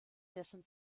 dessen